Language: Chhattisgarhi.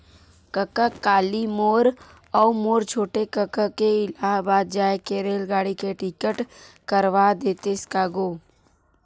कका काली मोर अऊ मोर छोटे कका के इलाहाबाद जाय के रेलगाड़ी के टिकट करवा देतेस का गो